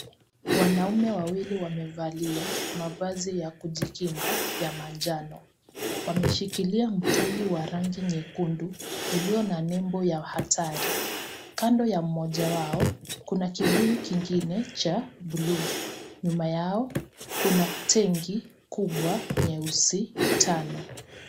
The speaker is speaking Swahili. Wanaume wawili wamevalia mavazi ya kujikinga ya manjano. Wameshikilia mtungi wa rangi nyekundu ulio na nembo ya hatari. Kando ya mmoja wao kuna kibuyu kingine cha buluu. Nyuma yao kuna tenki kubwa nyeusi tano.